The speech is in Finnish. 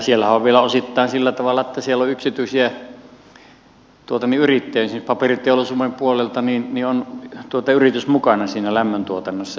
siellähän on vielä osittain sillä tavalla että siellä on yksityisiä yrittäjiä mukana esimerkiksi paperiteollisuuden puolelta on yritys mukana siinä lämmöntuotannossa